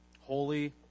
Holy